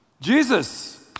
Jesus